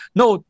no